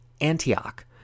Antioch